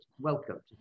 welcome